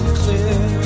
clear